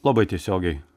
labai tiesiogiai